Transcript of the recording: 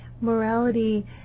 Morality